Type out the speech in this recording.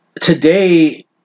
today